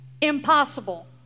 impossible